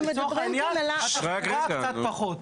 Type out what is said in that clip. רק קצת פחות.